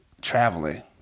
Traveling